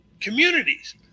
communities